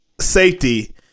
safety